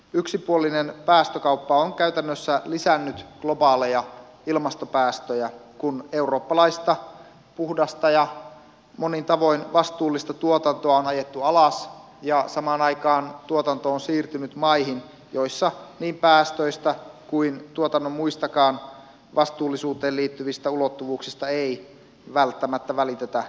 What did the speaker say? yksipuolinen päästökauppa on käytännössä lisännyt globaaleja ilmastopäästöjä kun eurooppalaista puhdasta ja monin tavoin vastuullista tuotantoa on ajettu alas ja samaan aikaan tuotanto on siirtynyt maihin joissa niin päästöistä kuin tuotannon muistakaan vastuullisuuteen liittyvistä ulottuvuuksista ei välttämättä välitetä ollenkaan